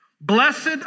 blessed